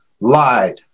lied